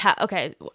okay